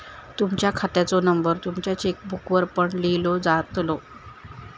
तुमच्या खात्याचो नंबर तुमच्या चेकबुकवर पण लिव्हलो जातलो